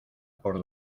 por